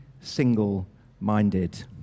single-minded